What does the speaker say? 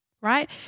right